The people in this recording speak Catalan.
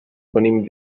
venim